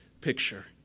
picture